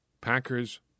Packers